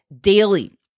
daily